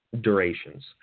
durations